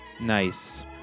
Nice